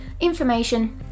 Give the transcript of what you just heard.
information